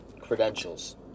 credentials